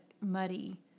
muddy